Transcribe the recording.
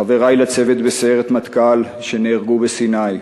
חברי לצוות בסיירת מטכ"ל, שנהרגו בסיני,